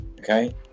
Okay